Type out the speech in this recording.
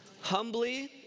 Humbly